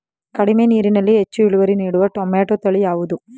ಕಡಿಮೆ ನೀರಿನಲ್ಲಿ ಹೆಚ್ಚು ಇಳುವರಿ ನೀಡುವ ಟೊಮ್ಯಾಟೋ ತಳಿ ಯಾವುದು?